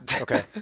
Okay